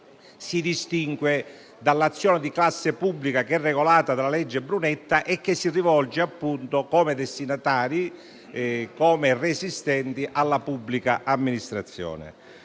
si distingue dall'azione di classe pubblica, che è regolata dalla legge Brunetta e si rivolge appunto, come resistente, alla pubblica amministrazione.